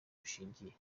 bushingiye